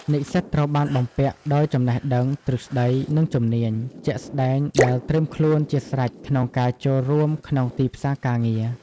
និស្សិតត្រូវបានបំពាក់ដោយចំណេះដឹង ទ្រឹស្តី និងជំនាញ ជាក់ស្តែងដែលត្រៀមខ្លួនជាស្រេចក្នុងការចូលរួមក្នុងទីផ្សារការងារ។